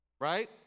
Right